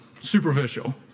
superficial